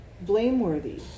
blameworthy